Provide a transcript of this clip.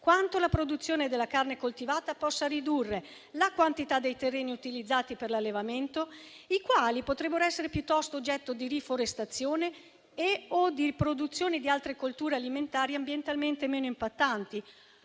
quanto la produzione della carne coltivata possa ridurre la quantità dei terreni utilizzati per l'allevamento (i quali potrebbero essere piuttosto oggetto di riforestazione e/o di produzione di altre colture alimentari ambientalmente meno impattanti),